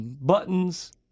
buttons